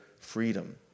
freedom